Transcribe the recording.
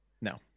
No